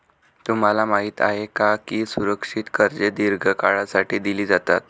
तुम्हाला माहित आहे का की सुरक्षित कर्जे दीर्घ काळासाठी दिली जातात?